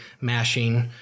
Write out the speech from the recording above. mashing